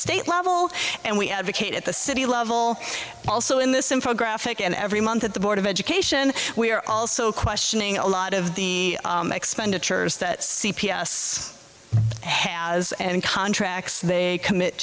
state level and we advocate at the city level also in this info graphic and every month at the board of education we are also questioning a lot of the expenditures that c p s has and contracts they commit